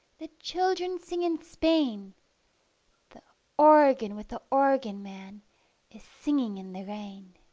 the children sing in spain the organ with the organ man is singing in the rain.